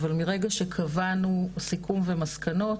אבל מרגע שקבענו סיכום ומסקנות